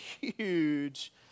huge